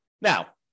Now